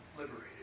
liberated